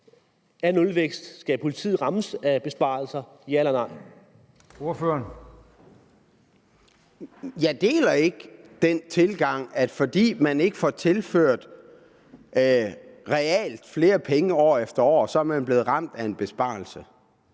Jeg deler ikke den tilgang, at fordi man ikke realt får tildelt flere penge år efter år, er man blevet ramt af en besparelse.